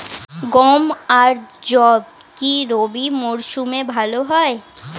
গম আর যব কি রবি মরশুমে ভালো হয়?